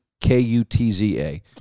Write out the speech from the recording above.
K-U-T-Z-A